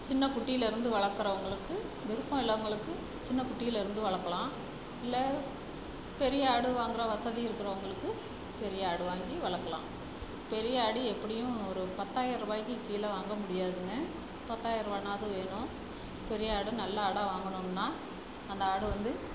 சின்னக் குட்டியில இருந்து வளர்க்குறவுங்களுக்கு விருப்பம் உள்ளவங்களுக்கு சின்னக் குட்டியில் இருந்து வளர்க்கலாம் இல்லை பெரிய ஆடு வாங்குற வசதி இருக்கிறவங்ளுக்கு பெரிய ஆடு வாங்கி வளர்க்கலாம் பெரிய ஆடு எப்படியும் ஒரு பத்தாயிரரூபாய்க்கு கீழே வாங்க முடியாதுங்க பத்தாயிரரூவான்னாது வேணும் பெரிய ஆடு நல்ல ஆடாக வாங்கணும்னால் அந்த ஆடு வந்து